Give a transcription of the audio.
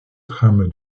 trame